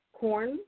corn